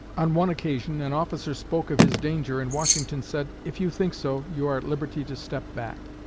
on one occasion, an officer spoke of his danger and washington said, if you think so, you are at liberty to step back.